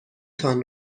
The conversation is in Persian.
تان